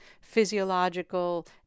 physiological